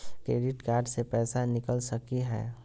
Credit card से पैसा निकल सकी हय?